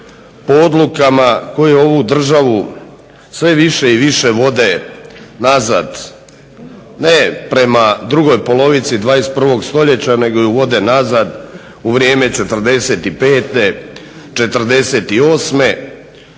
po odlukama koje ovu državu sve više i više vode nazad ne prema drugoj polovici 21. stoljeća nego je vode nazad u vrijeme '45.-te,